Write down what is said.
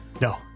No